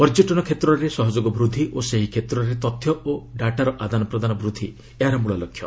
ପର୍ଯ୍ୟଟନ କ୍ଷେତ୍ରରେ ସହଯୋଗ ବୃଦ୍ଧି ଓ ସେହି କ୍ଷେତ୍ରରେ ତଥ୍ୟ ଓ ଡାଟାର ଆଦାନ ପ୍ରଦାନ ବୃଦ୍ଧି ଏହାର ମଳ ଲକ୍ଷ୍ୟ